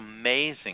amazing